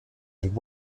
and